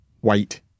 white